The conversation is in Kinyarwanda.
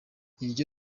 iryo